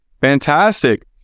Fantastic